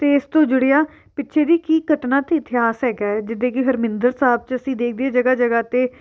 ਅਤੇ ਇਸ ਤੋਂ ਜੁੜਿਆ ਪਿੱਛੇ ਦੀ ਕੀ ਘਟਨਾ ਅਤੇ ਇਤਿਹਾਸ ਹੈਗਾ ਜਿਹਦੇ ਕਿ ਹਰਮਿੰਦਰ ਸਾਹਿਬ 'ਚ ਅਸੀਂ ਦੇਖਦੇ ਹਾਂ ਜਗ੍ਹਾ ਜਗ੍ਹਾ 'ਤੇ